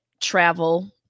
travel